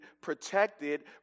protected